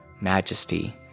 majesty